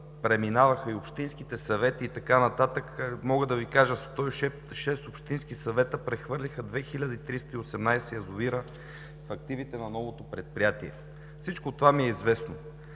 преминаваха и общинските съвети, и така нататък. Мога да Ви кажа: 106 общински съвета прехвърлиха 2318 язовира в активите на новото предприятие. Всичко това ми е известно.